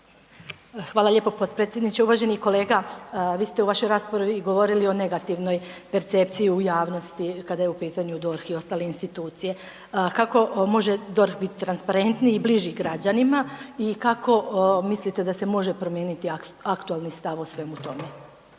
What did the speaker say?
Hvala lijepo potpredsjedniče. Uvaženi kolega, vi ste u vašoj raspravi govorili o negativnoj percepciji u javnosti, kada je u pitanju DORH i ostale institucije. Kako može DORH biti transparentniji i bliži građanima i kako mislite da se može promijeniti aktualni stav o svemu tome?